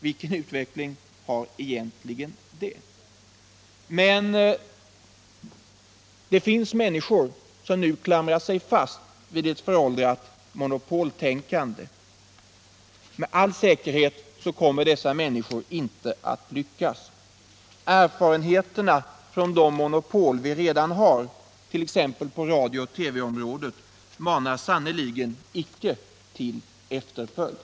Vilken utveckling har egentligen det? Det finns människor som nu klamrar sig fast vid ett föråldrat monopoltänkande. Med all säkerhet kommer dessa människor inte att lyckas. Erfarenheterna från de olika monopol som vi redan har på massmedieområdet, t.ex. radio/TV monopolet, manar icke till efterföljd.